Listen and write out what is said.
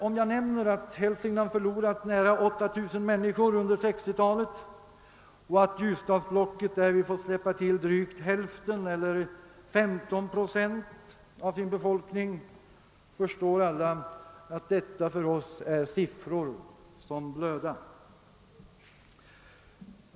Om jag nämner att Hälsingland förlorat nära 8000 människor under 1960-talet och att Ljus dalsblocket fått släppa till drygt hälften av detta antal eller 15 procent av sin befolkning, förstår ändå alla att detta för oss är siffror som blöder.